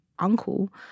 uncle